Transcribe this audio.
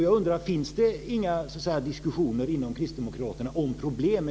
Jag undrar om det inte finns några diskussioner inom